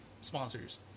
sponsors